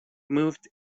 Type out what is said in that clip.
moved